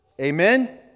amen